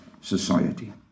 Society